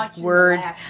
words